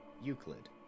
Euclid